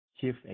chief